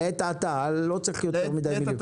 לעת עתה, לא צריך יותר מדי מילים.